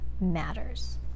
matters